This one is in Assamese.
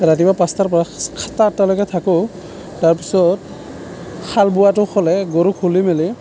ৰাতিপুৱা পাঁচটাৰপৰা সাতটা আঠটালৈকে থাকোঁ তাৰ পিছত হাল বোৱাটো হ'লে গৰু খুলি মেলি